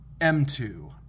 M2